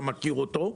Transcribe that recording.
אתה מכיר אותו,